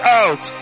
out